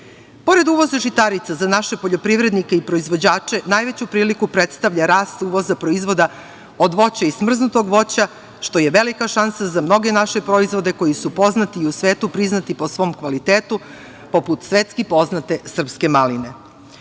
uvoza žitarica za naše poljoprivrednike i proizvođače najveću priliku predstavlja rast uvoza proizvoda od voća i smrznutog voća, što je velika šansa za mnoge naše proizvode koji su poznati i u svetu priznati po svom kvalitetu, poput svetski poznate srpske maline. Drugi